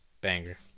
Banger